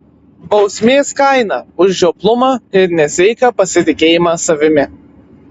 bausmės kaina už žioplumą ir nesveiką pasitikėjimą savimi